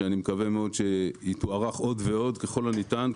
ואני מקווה מאוד שהיא תוארך עוד ועוד ככל הניתן,